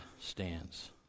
stands